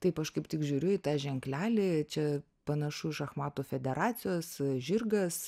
taip aš kaip tik žiūriu į tą ženklelį čia panašu šachmatų federacijos žirgas